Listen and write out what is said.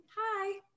hi